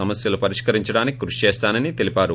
సమస్యల పరిష్కరించడానికి కృషి చేస్తానని తెలిపారు